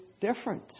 different